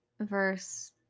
verse